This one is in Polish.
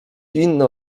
inna